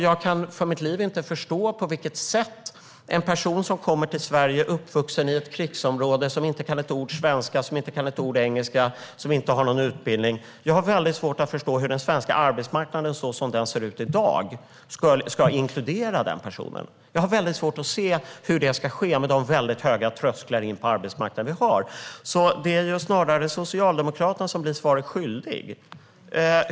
Jag kan för mitt liv inte förstå på vilket sätt en person som är uppvuxen i ett krigsområde och kommer till Sverige utan utbildning och utan att kunna ett ord svenska eller engelska ska kunna inkluderas på den svenska arbetsmarknaden så som den ser ut i dag. Jag har väldigt svårt att se hur det ska ske med de väldigt höga trösklar som vi har in på arbetsmarknaden. Det är ju snarare Socialdemokraterna som blir svaret skyldigt.